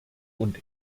und